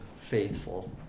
faithful